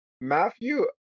Matthew